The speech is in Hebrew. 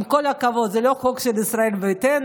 עם כל הכבוד, זה לא חוק של ישראל ביתנו.